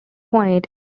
point